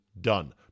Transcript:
done